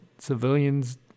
civilians